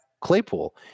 Claypool